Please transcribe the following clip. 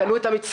קנו את המצרכים,